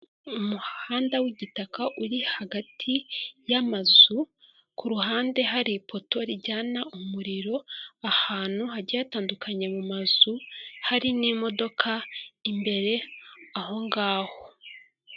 Umuhanda w'igitaka uri hagati y'amazu, ku ruhande hari ipoto rijyana umuriro ahantu hagiye hatandukanye mu mazu, hari n'imodoka imbere aho ngaho.